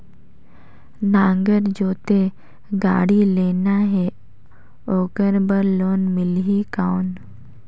नागर जोते गाड़ी लेना हे ओकर बार लोन मिलही कौन?